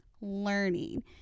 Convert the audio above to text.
learning